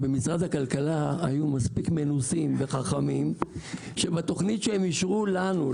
משרד הכלכלה היו מספיק מנוסים וחכמים שכשהם אישרו לכלל